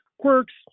quirks